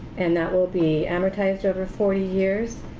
and that will be amortized over forty years,